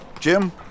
Jim